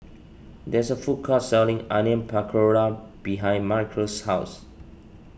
there is a food court selling Onion Pakora behind Michaele's house